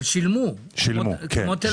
אבל שילמו, כמו בתל אביב.